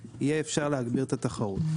אפשר יהיה להגביר את התחרות.